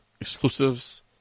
exclusives